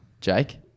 Jake